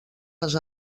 les